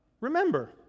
Remember